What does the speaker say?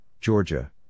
Georgia